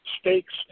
Stakes